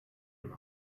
dem